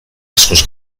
askoz